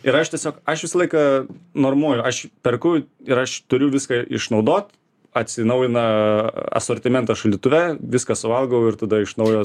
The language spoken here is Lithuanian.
ir aš tiesiog aš visą laiką normuoju aš perku ir aš turiu viską išnaudot atsinaujina asortimentas šaldytuve viską suvalgau ir tada iš naujo